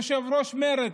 יושב-ראש מרצ,